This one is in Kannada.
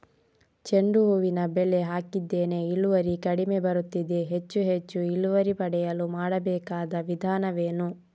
ಚೆಂಡು ಹೂವಿನ ಬೆಳೆ ಹಾಕಿದ್ದೇನೆ, ಇಳುವರಿ ಕಡಿಮೆ ಬರುತ್ತಿದೆ, ಹೆಚ್ಚು ಹೆಚ್ಚು ಇಳುವರಿ ಪಡೆಯಲು ಮಾಡಬೇಕಾದ ವಿಧಾನವೇನು?